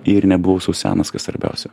ir nebuvau sau senas kas svarbiausia